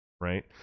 Right